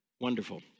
Wonderful